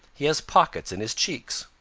he has pockets in his cheeks.